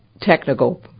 technical